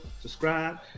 subscribe